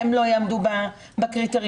והן לא יעמדו בקריטריונים?